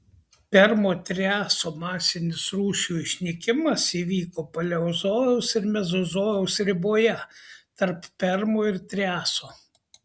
permo triaso masinis rūšių išnykimas įvyko paleozojaus ir mezozojaus riboje tarp permo ir triaso